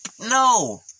no